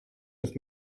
with